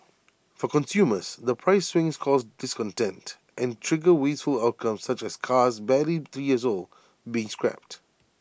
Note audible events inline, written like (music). (noise) for consumers the price swings cause discontent and trigger wasteful outcomes such as cars barely three years old being scrapped